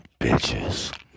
bitches